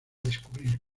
descubrir